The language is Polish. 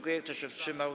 Kto się wstrzymał?